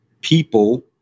people